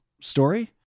story